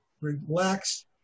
relaxed